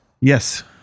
Yes